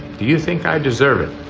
do you think i deserve it.